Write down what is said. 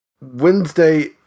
Wednesday